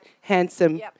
handsome